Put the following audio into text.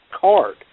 card